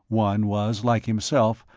one was, like himself,